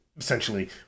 essentially